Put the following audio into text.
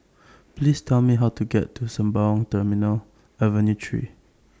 Please Tell Me How to get to Sembawang Terminal Avenue three